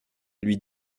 lui